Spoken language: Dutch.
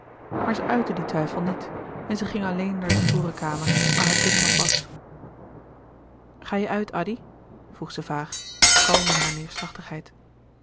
maar zij uitte dien twijfel niet en zij ging alleen naar de torenkamer waar haar kind nog was ga je uit addy vroeg zij vaag kalm in hare neêrslachtigheid